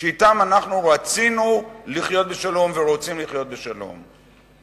שאתם אנחנו רצינו לחיות בשלום ורוצים לחיות בשלום.